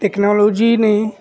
ٹیکنا لوجی نے